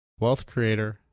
Wealthcreator